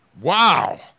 Wow